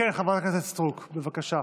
חברת הכנסת סטרוק, בבקשה.